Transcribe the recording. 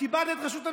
קיבלת את ראשות הממשלה,